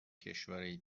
کشورای